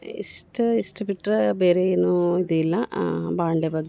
ಇಷ್ಟು ಇಷಷ್ಟು ಬಿಟ್ರೆ ಬೇರೆ ಏನೂ ಇದಿಲ್ಲ ಬಾಂಡೆ ಬಗ್